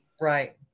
Right